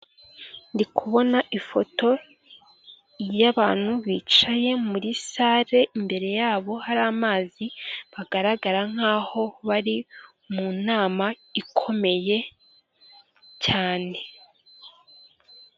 Ndi kubona ifoto yabantu bicaye muri salle, imbere yabo hari amazi, bagaragara nkaho bari mu nama ikomeye cyane.